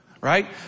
Right